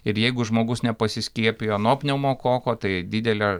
ir jeigu žmogus nepasiskiepijo nuo pneumokoko tai didelė